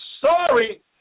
sorry